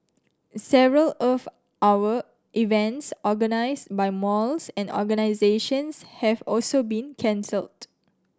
several Earth Hour events organised by malls and organisations have also been cancelled